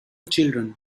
children